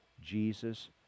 jesus